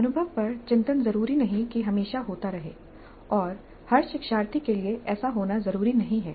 अनुभव पर चिंतन जरूरी नहीं कि हमेशा होता रहे और हर शिक्षार्थी के लिए ऐसा होना जरूरी नहीं है